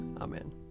Amen